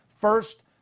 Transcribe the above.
first